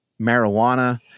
marijuana